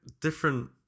different